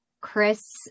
Chris